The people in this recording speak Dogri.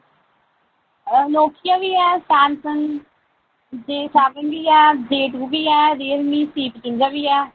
Nokia B A Samsung J seven B A J two B A Realme C two B ऐ